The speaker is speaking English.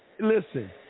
listen